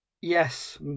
yes